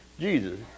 Jesus